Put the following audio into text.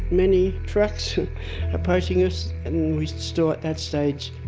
many trucks approaching us and we still at that stage